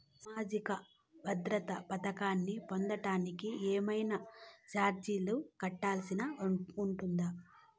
సామాజిక భద్రత పథకాన్ని పొందడానికి ఏవైనా చార్జీలు కట్టాల్సి ఉంటుందా?